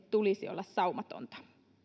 tulisi olla saumatonta